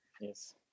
Yes